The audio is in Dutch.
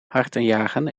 hartenjagen